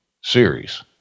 series